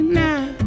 now